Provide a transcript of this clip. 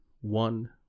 one